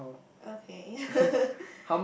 okay